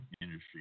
industry